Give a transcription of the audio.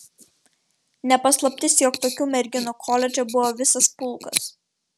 ne paslaptis jog tokių merginų koledže buvo visas pulkas